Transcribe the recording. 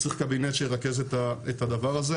צריך קבינט שירכז את הדבר הזה.